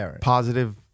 Positive